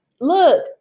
look